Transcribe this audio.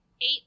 eight